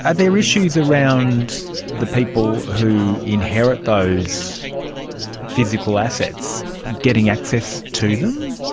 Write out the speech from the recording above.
and there issues around the people who inherit those physical assets getting access to them?